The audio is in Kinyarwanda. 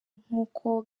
nk’uko